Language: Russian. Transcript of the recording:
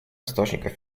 источников